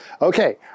okay